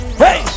hey